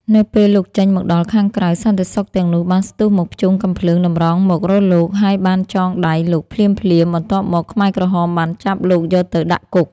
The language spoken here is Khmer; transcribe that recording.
នៅពេលលោកចេញមកដល់ខាងក្រៅ សន្តិសុខទាំងនោះបានស្ទុះមកភ្ជង់កាំភ្លើងតម្រង់មករកលោក ហើយបានចងដៃលោកភ្លាមៗ បន្ទាប់មក ខ្មែរក្រហមបានចាប់លោកយកទៅដាក់គុក។